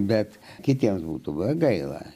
bet kitiems būtų buvę gaila